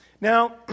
Now